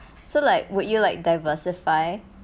so like would you like diversify